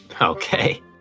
Okay